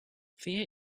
fear